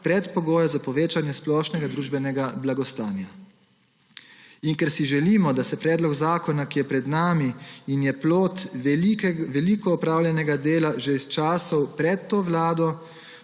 predpogoj za povečanje splošnega družbenega blagostanja. In ker si želimo, da se predlog zakona, ki je pred nami in je plod veliko opravljenega dela že iz časov pred to vlado,